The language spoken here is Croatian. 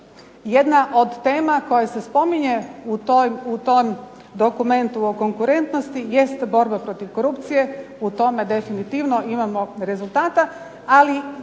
Jedna od tema koja se spominje u tom dokumentu o konkurentnosti jest borba protiv korupcije, u tome definitivno imamo rezultata, ali i